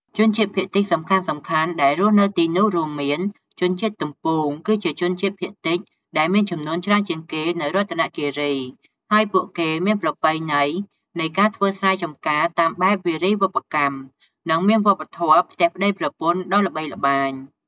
ជនជាតិភាគតិចសំខាន់ៗដែលរស់នៅទីនេះរួមមាន ជនជាតិទំពួន គឺជាជនជាតិភាគតិចដែលមានចំនួនច្រើនជាងគេនៅរតនគិរី ហើយពួកគេមានប្រពៃណីនៃការធ្វើស្រែចម្ការតាមបែបវារីវប្បកម្ម និងមានវប្បធម៌ "ផ្ទះប្ដីប្រពន្ធ" ដ៏ល្បីល្បាញ។